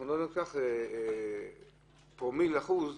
לא ניקח פרומיל אחוז.